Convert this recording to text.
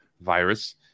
virus